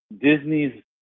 Disney's